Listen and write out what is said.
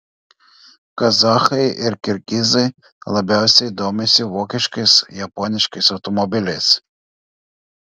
kazachai ir kirgizai labiausiai domisi vokiškais japoniškais automobiliais